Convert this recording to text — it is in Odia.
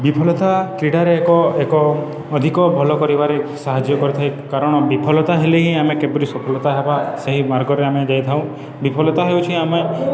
ବିଫଲତା କ୍ରୀଡ଼ାରେ ଏକ ଏକ ଅଧିକ ଭଲ କରିବାରେ ସାହାଯ୍ୟ କରିଥାଏ କାରଣ ବିଫଲତା ହେଲେ ହିଁ ଆମେ କେପରି ସଫଲତା ହେବା ସେହି ମାର୍ଗରେ ଆମେ ଯାଇଥାଉ ବିଫଲତା ହେଉଛି ଆମେ